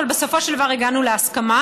אבל בסופו של דבר הגענו להסכמה.